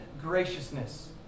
graciousness